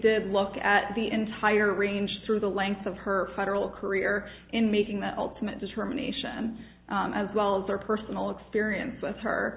did look at the entire range through the length of her federal career in making the ultimate determination as well as their personal experience with her